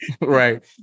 Right